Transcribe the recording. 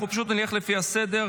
אנחנו פשוט נלך לפי הסדר.